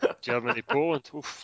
Germany-Poland